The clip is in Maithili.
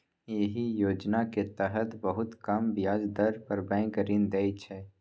एहि योजना के तहत बहुत कम ब्याज दर पर बैंक ऋण दै छै